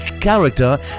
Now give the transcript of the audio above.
character